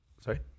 Sorry